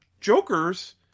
Jokers